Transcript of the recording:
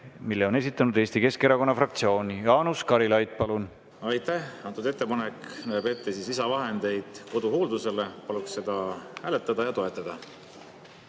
Selle on esitanud Eesti Keskerakonna fraktsioon. Jaanus Karilaid, palun! Aitäh! Antud ettepanek näeb ette lisavahendeid koduhooldusele. Paluks seda hääletada ja toetada.